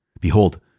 Behold